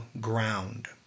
ground